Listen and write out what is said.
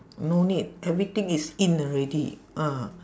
no need everything is in already ah